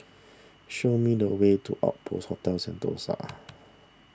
show me the way to Outpost Hotel Sentosa